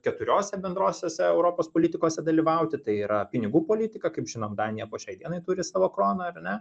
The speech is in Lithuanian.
keturiose bendrosios europos politikose dalyvauti tai yra pinigų politika kaip žinom danija po šiai dienai turi savo kroną ar ne